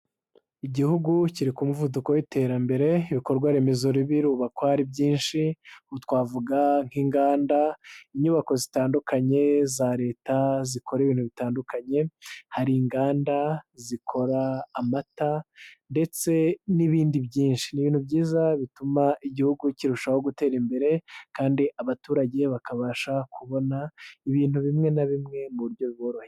Igihugu kiri ku muvuduko w'iterambere. Ibikorwaremezo birubakwa ari byinshi twavuga: nk'inganda, inyubako zitandukanye za Leta, zikora ibintu bitandukanye. Hari inganda zikora amata ndetse n'ibindi byinshi. Ni ibintu byiza bituma Igihugu kirushaho gutera imbere kandi abaturage bakabasha kubona ibintu bimwe na bimwe mu buryo buboroheye.